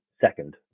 second